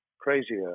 crazier